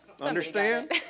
Understand